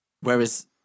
Whereas